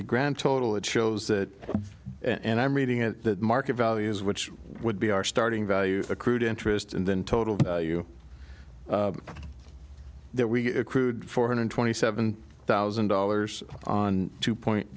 the grand total it shows that and i'm reading it that market values which would be our starting value accrued interest and then total you that we accrued four hundred twenty seven thousand dollars on two point